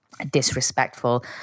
disrespectful